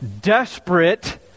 desperate